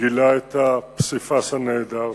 גילה את הפסיפס הנהדר שם,